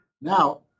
now